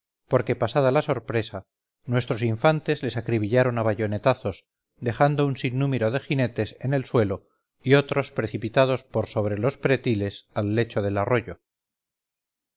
retirarse porque pasada la sorpresa nuestros infantes les acribillaron a bayonetazos dejando un sinnúmero de jinetes en el suelo y otros precipitados por sobre los pretiles al lecho del arroyo